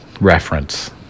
reference